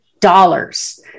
dollars